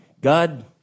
God